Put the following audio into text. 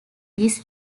this